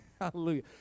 Hallelujah